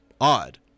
odd